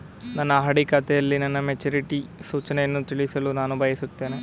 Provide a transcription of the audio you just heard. ನನ್ನ ಆರ್.ಡಿ ಖಾತೆಯಲ್ಲಿ ನನ್ನ ಮೆಚುರಿಟಿ ಸೂಚನೆಯನ್ನು ತಿಳಿಯಲು ನಾನು ಬಯಸುತ್ತೇನೆ